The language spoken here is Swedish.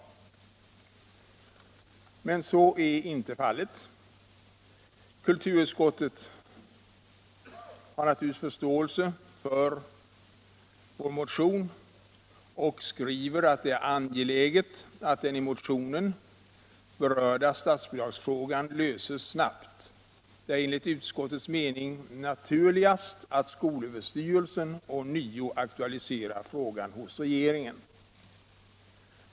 Men så har inte blivit fallet. Utskottet uttalar visserligen förståelse för vår motion och skriver att det är angeläget att den berörda statsbidragsfrågan löses snabbt. Det är vidare enligt utskottets mening naturligast att skolöverstyrelsen ånyo aktualiserar frågan hos regeringen.